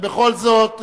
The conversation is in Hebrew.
ובכל זאת,